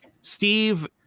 Steve